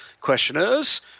questioners